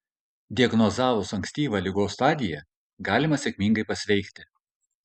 diagnozavus ankstyvą ligos stadiją galima sėkmingai pasveikti